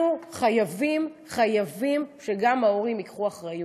אנחנו חייבים, חייבים, שגם ההורים ייקחו אחריות.